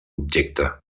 objecte